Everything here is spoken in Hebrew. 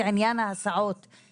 זה עניין ההסעות.